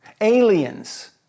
aliens